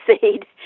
seed